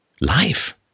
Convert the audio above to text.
life